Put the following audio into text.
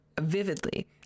vividly